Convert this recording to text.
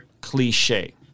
cliche